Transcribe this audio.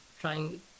trying